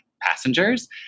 passengers